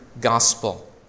gospel